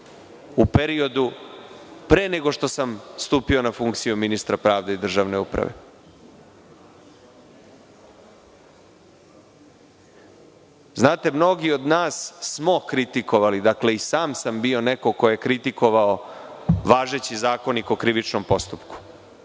u periodu pre nego što sam stupio na funkciju ministra pravde i državne uprave? Mnogi od nas smo kritikovali, dakle, i sam sam bio neko ko je kritikovao važeći Zakonik o krivičnom postupku,